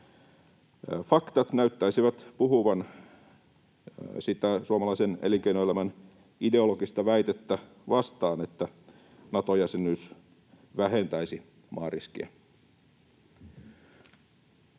Faktat näyttäisivät puhuvan sitä suomalaisen elinkeinoelämän ideo-logista väitettä vastaan, että Nato-jäsenyys vähentäisi maariskiä.